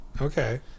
Okay